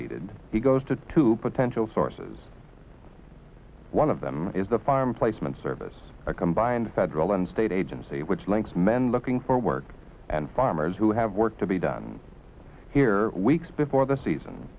needed he goes to two potential sources one of them is the farm placement service a combined federal and state agency which links men looking for work and farmers who have work to be done here weeks before the season